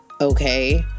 okay